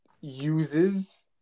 uses